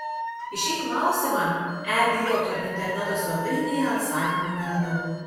į šį klausimą e bilieto interneto svetainėje atsakymų neradau